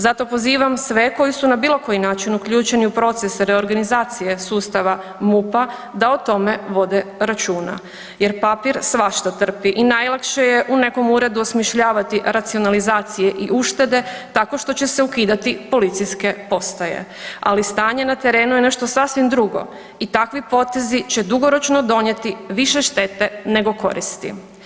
Zato pozivam sve koji su na bilokoji način uključen u proces reorganizacije sustava MUP-a da o tome vode računa jer papir svašta trpi i najlakše je u nekom uredu osmišljavati racionalizacije i uštede tako što će se ukidati policijske postaje, ali stanje na terenu je nešto sasvim drugo i takvi potezi će dugoročno donijeti više štete nego koristi.